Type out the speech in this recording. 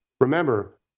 Remember